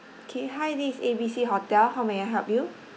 K hi this A B C hotel how may I help you